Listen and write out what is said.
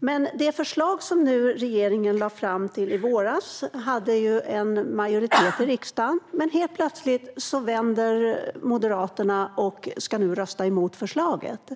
och det förslag som regeringen lade fram i våras hade en majoritet i riksdagen. Men helt plötsligt vände Moderaterna och ska nu rösta emot förslaget.